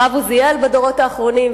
הרב עוזיאל בדורות האחרונים,